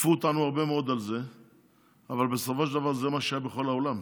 תקפו אותנו הרבה מאוד על זה אבל בסופו של דבר זה מה שהיה בכל העולם.